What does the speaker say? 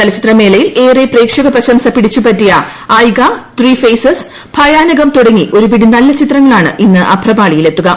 ചലച്ചിത്രമേളയിൽ ഏറെ പ്രേക്ഷക പ്രശംസ പിടിച്ചുപറ്റിയ ഐക ത്രീഫെയ്സസ് ഭയനാകം തുടങ്ങി ഒരു പിടി നല്ല ചിത്രങ്ങളാണ് ഇന്ന് അഭ്രപാളിയിൽ എത്തുക